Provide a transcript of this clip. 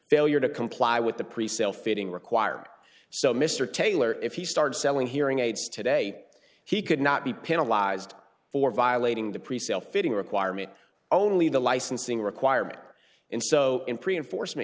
failure to comply with the pre sale fitting required so mr taylor if he started selling hearing aids today he could not be penalized for violating the presale fitting requirement only the licensing requirement and so in pre enforcement